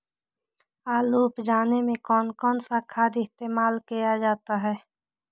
आलू उप जाने में कौन कौन सा खाद इस्तेमाल क्या जाता है?